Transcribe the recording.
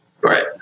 Right